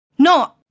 no